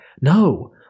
No